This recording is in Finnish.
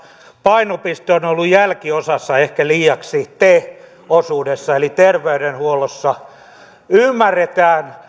painopiste on ollut jälkiosassa ehkä liiaksi te osuudessa eli terveydenhuollossa se ymmärretään